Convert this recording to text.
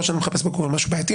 או שאני מחפש בגוגל משהו בעייתי,